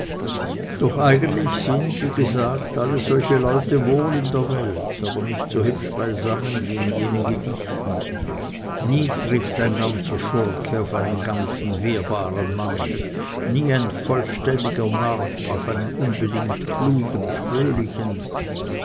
doch eigentlich sind wie gesagt alle solche leute wohl in der welt aber nicht so hübsch beisammen wie in jenen gedichten nie trifft ein ganzer schurke auf einen ganzen wehrbaren mann nie ein vollständiger narr auf einen unbedingt klugen fröhlichen